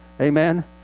Amen